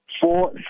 four